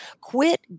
Quit